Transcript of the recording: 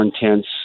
intense